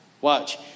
watch